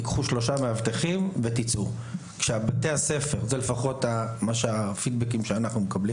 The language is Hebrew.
״תיקחו שלושה מאבטחים ותצאו.״ ולפי הפידבקים שאנחנו מקבלים